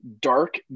dark